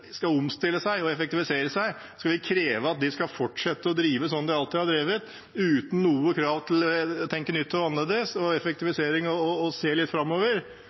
skal omstille seg og effektivisere, at de skal fortsette å drive sånn de alltid har drevet, uten noe krav til å tenke nytt og annerledes og effektivisere – se litt framover.